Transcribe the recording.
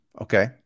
okay